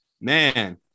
Man